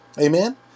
Amen